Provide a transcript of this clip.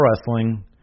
wrestling